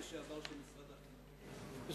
היא היתה מנכ"לית משרד החינוך, יש לה זכויות.